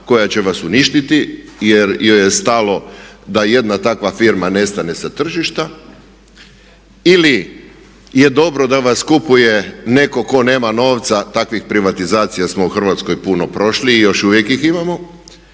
koja će vas uništiti jer joj je stalo da jedna takva firma nestane sa tržišta ili je dobro da vas kupuje netko tko nema novca? Takvih privatizacija smo u Hrvatskoj puno prošli i još uvijek ih imamo